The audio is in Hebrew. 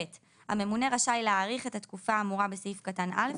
הממונה רשאי להאריך את התקופה האמורה בסעיף קטן (א),